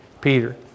Peter